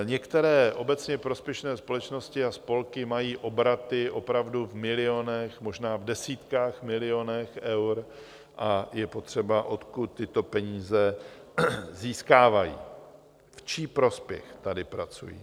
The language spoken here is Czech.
Některé obecně prospěšné společnosti a spolky mají obraty opravdu v milionech, možná v desítkách milionů eur a je potřeba , odkud tyto peníze získávají, v čí prospěch tady pracují.